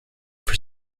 for